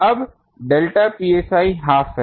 अब यह delta psi half है